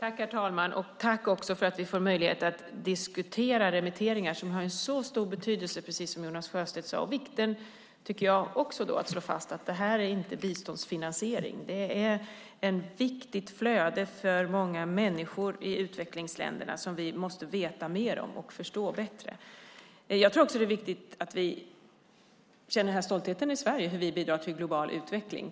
Herr talman! Tack för att vi får möjlighet att diskutera remitteringar, som har en så stor betydelse, precis som Jonas Sjöstedt sade! Också jag tycker att det är viktigt att slå fast att detta inte är biståndsfinansiering. Det är ett viktigt flöde för många människor i utvecklingsländerna som vi måste veta mer om och förstå bättre. Jag tror också att det är viktigt att vi i Sverige känner stolthet över hur vi bidrar till en global utveckling.